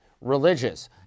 religious